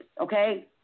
okay